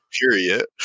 period